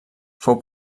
fou